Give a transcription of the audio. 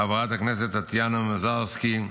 חברת הכנסת טטיאנה מזרסקי,